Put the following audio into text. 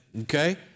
okay